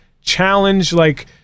Challenge-like